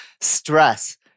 stress